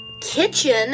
kitchen